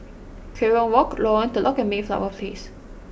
Kerong Walk Lorong Telok and Mayflower Place